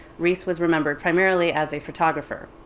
riis was remembered primarily as a photographer,